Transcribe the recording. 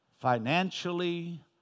financially